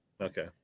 Okay